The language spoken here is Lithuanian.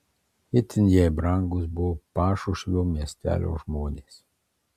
itin jai brangūs buvo pašušvio miestelio žmonės